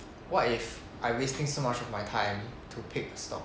what if I wasting so much of my time to pick stock